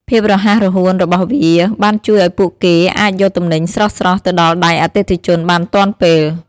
ភាពរហ័សរហួនរបស់វាបានជួយឱ្យពួកគេអាចយកទំនិញស្រស់ៗទៅដល់ដៃអតិថិជនបានទាន់ពេល។